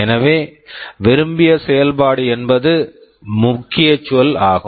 எனவே விரும்பிய செயல்பாடு என்பது முக்கியச்சொல் ஆகும்